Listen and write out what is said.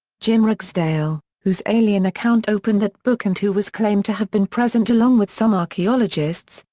jim ragsdale, whose alien account opened that book and who was claimed to have been present along with some archaeologists,